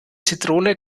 zitrone